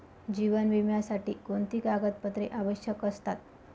जीवन विम्यासाठी कोणती कागदपत्रे आवश्यक असतात?